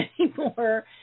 anymore